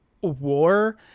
war